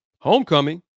homecoming